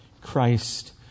Christ